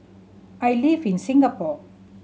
I live in Singapore